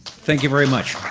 thank you very much.